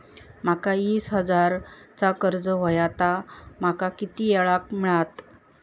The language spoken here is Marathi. माका वीस हजार चा कर्ज हव्या ता माका किती वेळा क मिळात?